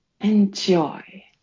enjoy